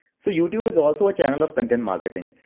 so youtube is also a channel of content marketing.